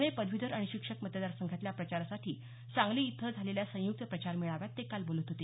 पुणे पदवीधर आणि शिक्षक मतदार संघातल्या प्रचारासाठी सांगली इथं झालेल्या संयुक्त प्रचार मेळाव्यात ते काल बोलत होते